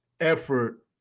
effort